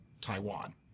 Taiwan